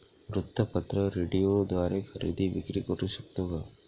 वृत्तपत्र, रेडिओद्वारे खरेदी विक्री करु शकतो का?